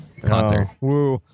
concert